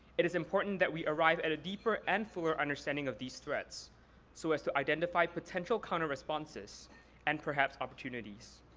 it is important that we arrive at a deeper and fuller understanding of these threats so as to identify potential counter responses and perhaps opportunities.